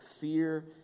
fear